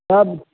सब